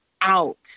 out